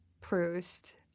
Proust